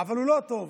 אבל הוא לא טוב.